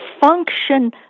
function